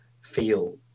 feel